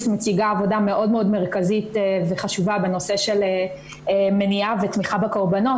מציגה עבודה מאוד מאוד מרכזית וחשובה בנושא של מניעה ותמיכה בקורבנות,